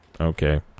Okay